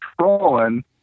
trolling